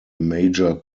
major